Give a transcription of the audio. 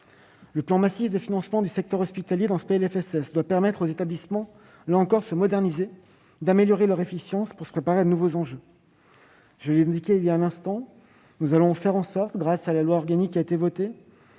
Le plan massif de financement du secteur hospitalier dans ce PLFSS doit permettre aux établissements, là encore, de se moderniser, d'améliorer leur efficience, pour se préparer aux nouveaux enjeux. Je l'ai indiqué il y a un instant, grâce à la loi organique qui a été votée,